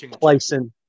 placing